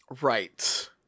right